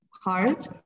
hard